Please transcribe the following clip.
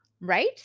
Right